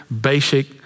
basic